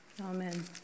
Amen